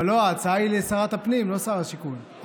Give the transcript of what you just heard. אבל לא, ההצעה היא לשרת הפנים, לא לשר השיכון.